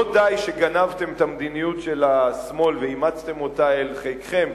לא די שגנבתם את המדיניות של השמאל ואימצתם אותה אל חיקכם,